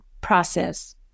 process